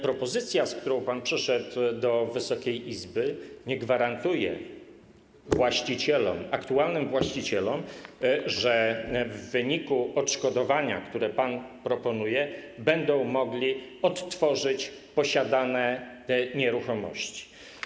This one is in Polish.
Propozycja, z którą pan przyszedł do Wysokiej Izby, nie gwarantuje aktualnym właścicielom, że w wyniku odszkodowania, które pan proponuje, będą mogli odtworzyć posiadane nieruchomości.